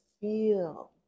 feel